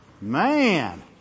Man